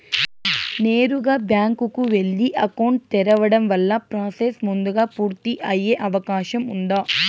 నేరుగా బ్యాంకు కు వెళ్లి అకౌంట్ తెరవడం వల్ల ప్రాసెస్ ముందుగా పూర్తి అయ్యే అవకాశం ఉందా?